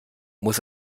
muss